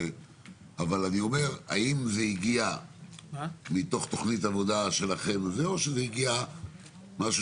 אבל האם זה הגיע מתוך תכנית עבודה שלכם או שזה הגיע ממשהו